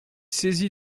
saisi